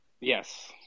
Yes